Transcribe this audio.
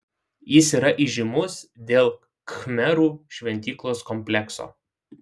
jis yra įžymus dėl khmerų šventyklos komplekso